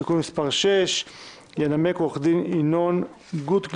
(תיקון מס' 6). ינמק עו"ד ינון גוטגליק